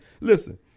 Listen